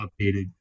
updated